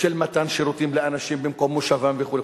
של מתן שירותים לאנשים במקום מושבם וכו'.